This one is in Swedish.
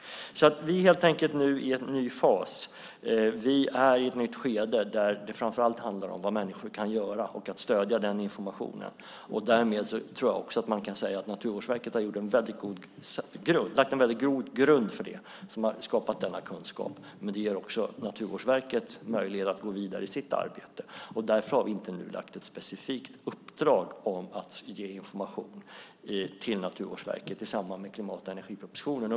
Vi är helt enkelt i en ny fas. Vi är i ett nytt skede, där det framför allt handlar om vad människor kan göra och om att stödja den informationen. Därmed tror jag också att man kan säga att Naturvårdsverket har lagt en väldigt god grund för det när man har skapat denna kunskap. Men det ger också Naturvårdsverket möjlighet att gå vidare i sitt arbete. Därför har vi i samband med klimat och energipropositionen inte gett ett specifikt uppdrag till Naturvårdsverket att ge information.